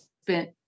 spent